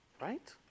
Right